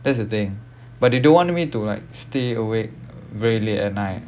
that's the thing but they don't want me to like stay awake very late at night